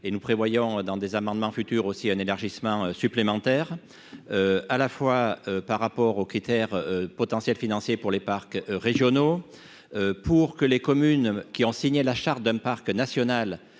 et nous prévoyons dans des amendements futurs aussi un élargissement supplémentaire à la fois par rapport aux critères potentiel financier pour les parcs régionaux pour que les communes qui ont signé la charte d'un parc national